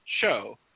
show